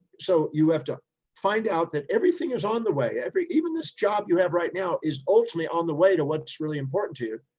so you have to find out that everything is on the way every, even this job you have right now is ultimately on the way to what's really important to you.